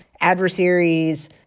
adversaries